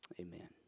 Amen